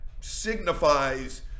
signifies